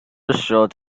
short